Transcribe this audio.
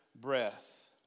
breath